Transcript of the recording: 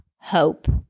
hope